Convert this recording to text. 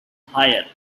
higher